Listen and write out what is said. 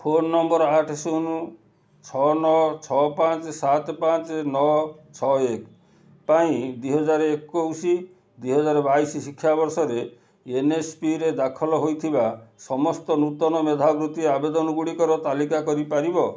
phone number ଆଠ ଶୂନ ଛଅ ନଅ ଛଅ ପାଞ୍ଚ ସାତ ପାଞ୍ଚ ନଅ ଛଅ ଏକ ପାଇଁ ଦୁଇହଜାର ଏକୋଇଶ ଦୁଇହଜାର ବାଇଶି ଶିକ୍ଷାବର୍ଷରେ ଏନ୍ଏସ୍ପିରେ ଦାଖଲ ହୋଇଥିବା ସମସ୍ତ ନୂତନ ମେଧାବୃତ୍ତି ଆବେଦନ ଗୁଡ଼ିକର ତାଲିକା କରି ପାରିବ